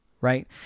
right